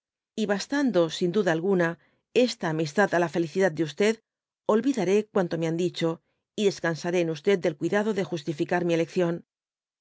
y bastando sin duda alguna esta amistad á la felicidad de olvidaré cuanto me han dicho y descansaré en del cuidado de justificar mi elección